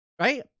Right